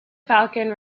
falcon